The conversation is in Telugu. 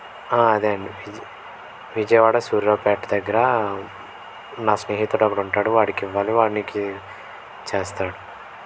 అదే అండి విజ్ విజయవాడ సూర్యారావ్పేట దగ్గర నా స్నేహితుడు ఒకడు ఉంటాడు వాడికి ఇవ్వాలి వాడు నీకీ చెస్తాడు